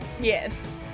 Yes